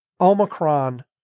Omicron